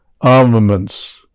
armaments